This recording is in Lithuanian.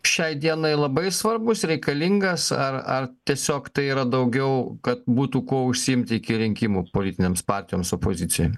šiai dienai labai svarbus reikalingas ar ar tiesiog tai yra daugiau kad būtų kuo užsiimti iki rinkimų politinėms partijoms opozicijai